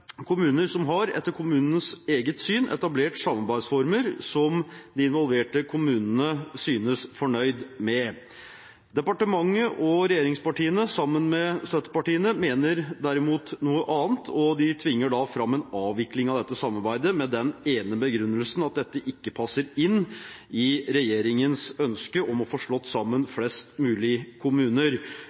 kommuner som etter kommunenes eget syn har etablert samarbeidsformer som de involverte kommunene synes fornøyd med. Departementet og regjeringspartiene sammen med støttepartiene mener derimot noe annet, og de tvinger fram en avvikling av dette samarbeidet, med den ene begrunnelsen at dette ikke passer inn i regjeringens ønske om å få slått sammen flest mulig kommuner